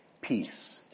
peace